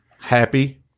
happy